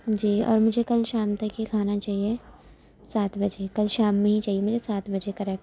جی اور مجھے کل شام تک یہ کھانا چاہیے سات بجے کل شام میں ہی چاہیے مجھے سات بجے کریکٹ